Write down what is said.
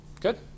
Good